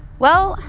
well,